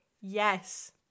yes